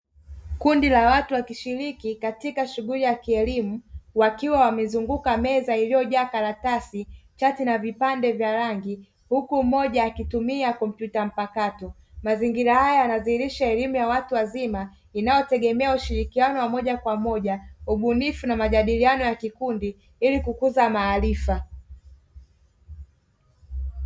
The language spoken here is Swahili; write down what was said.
Kundi la watu, wakishiriki katika shughuli ya kielimu. Wakiwa wamezunguka meza iliyojaa karatasi, chaki na vipande vya rangi, huku mmoja akitumia kompyuta mpakato. Mazingira hayo yanadhiirisha elimu ya watu wazima, inayotegemea ushirikiano wa moja kwa moja, ubunifu na majadiliano ya kikundi, ili kukuza maarifa.